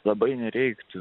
labai nereiktų